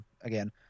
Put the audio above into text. again